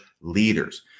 leaders